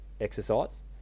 exercise